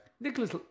Nicholas